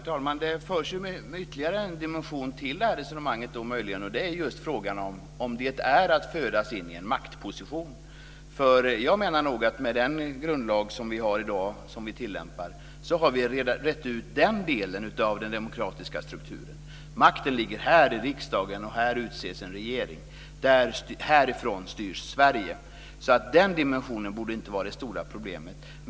Herr talman! Då förs det ytterligare en dimension till det här resonemanget, och det är om det handlar om att man föds in i en maktposition. Med den grundlag som vi tillämpar i dag har vi rett ut den delen av den demokratiska strukturen. Makten ligger här i riksdagen och majoriteten bildar en regering. Härifrån styrs Sverige. Den dimensionen borde inte vara det stora problemet.